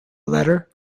letter